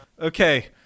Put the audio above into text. okay